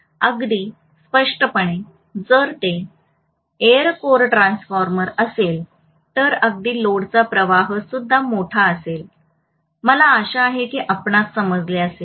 अगदी स्पष्टपणे जर ते एअर कोर ट्रान्सफॉर्मर असेल तर अगदी लोडचा प्रवाहही खूप मोठा असेल मला आशा आहे की आपणास समजले असेल